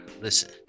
Listen